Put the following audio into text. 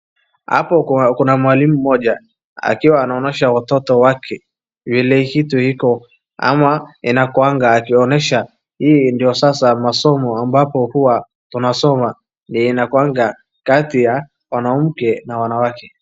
Hapo kuna mwalimu mmoja akiwa anaonyesha watoto wake ile kitu iko ama inakuanga akiwaonyesha. Hii ndio sasa masomo ambapo huwa tunasoma inakuwanga kati ya mwamke na wanawake.